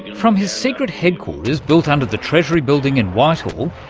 from his secret headquarters built under the treasury building in whitehall,